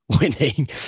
winning